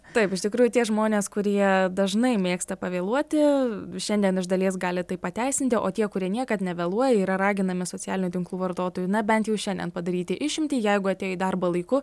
taip iš tikrųjų tie žmonės kurie dažnai mėgsta pavėluoti šiandien iš dalies gali tai pateisinti o tie kurie niekad nevėluoja yra raginami socialinių tinklų vartotojų na bent jau šiandien padaryti išimtį jeigu atėjo į darbą laiku